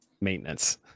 maintenance